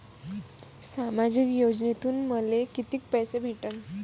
सामाजिक योजनेतून मले कितीक पैसे भेटन?